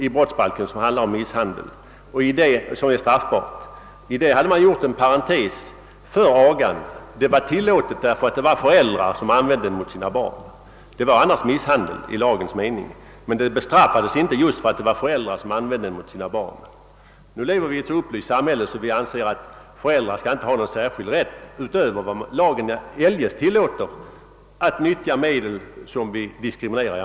I brottsbalkens avsnitt om straffbar misshandel gjordes en parentes för agan; misshandeln var tillåten när föräldrar tillgrep den mot sina barn, men annars betraktades den som straffbar i lagens mening. Nu lever vi i ett så upplyst samhälle att vi anser att föräldrar inte skall ha någon särskild rätt att tillgripa medel som lagen i andra fall diskriminerar.